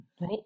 Right